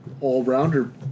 all-rounder